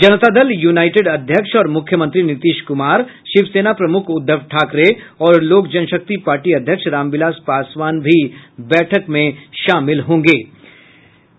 जनता Dal United अध्यक्ष और मुख्यमंत्री नीतीश कुमार शिवसेना प्रमुख उद्धव ठाकरे और लोकजनशक्ति पार्टी अध्यक्ष रामविलास पासवान भी बैठक में उपस्थित हैं